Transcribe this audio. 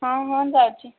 ହଁ ହଁ ଯାଉଛି